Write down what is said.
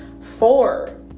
four